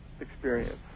experience